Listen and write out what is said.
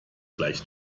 gleich